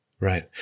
Right